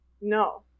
No